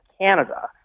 Canada